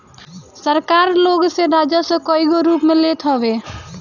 सरकार लोग से राजस्व कईगो रूप में लेत हवे